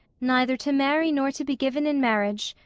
neither to marry nor to be given in marriage,